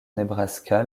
nebraska